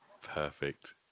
Perfect